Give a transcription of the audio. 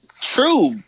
True